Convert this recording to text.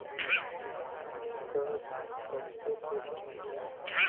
भैंस क दूध बहुते पौष्टिक होला